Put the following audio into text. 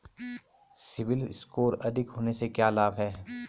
CIBIL score अधिक होने से क्या लाभ हैं?